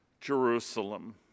Jerusalem